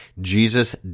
Jesus